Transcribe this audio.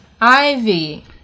Ivy